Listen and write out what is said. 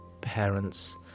parents